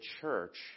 church